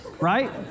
right